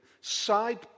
side